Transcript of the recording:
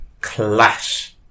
Clash